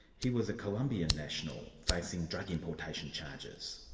he was a colombian national, facing drug important charges.